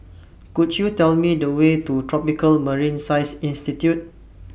Could YOU Tell Me The Way to Tropical Marine Science Institute